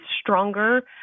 stronger